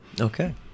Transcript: Okay